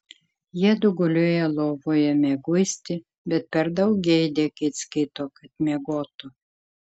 jiedu gulėjo lovoje mieguisti bet per daug geidė kits kito kad miegotų